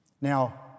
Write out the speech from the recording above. Now